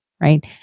right